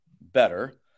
better